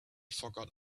forgot